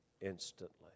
instantly